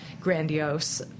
grandiose